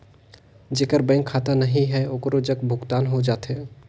जेकर बैंक खाता नहीं है ओकरो जग भुगतान हो जाथे?